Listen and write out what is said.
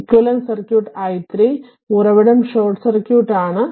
equivalent circuit i3 ഉറവിടം short circuit ആണ്